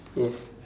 yes